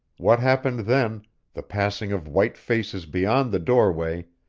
what happened then the passing of white faces beyond the doorway,